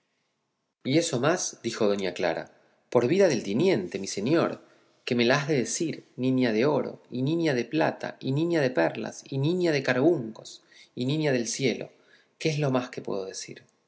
y eso más dijo doña clara por vida del tiniente mi señor que me la has de decir niña de oro y niña de plata y niña de perlas y niña de carbuncos y niña del cielo que es lo más que puedo decir